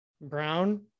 Brown